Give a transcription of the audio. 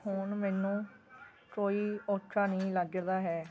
ਹੁਣ ਮੈਨੂੰ ਕੋਈ ਔਖਾ ਨਹੀਂ ਲੱਗਦਾ ਹੈ